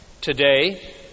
today